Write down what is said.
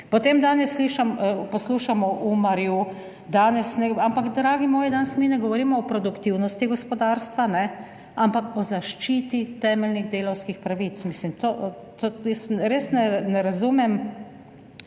Potem danes slišim, poslušamo o Umarju, danes ne, ampak dragi moji, danes mi ne govorimo o produktivnosti gospodarstva, kajne, ampak o zaščiti temeljnih delavskih pravic. Mislim, jaz res ne razumem